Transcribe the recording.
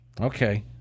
Okay